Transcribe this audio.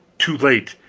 too late!